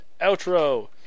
outro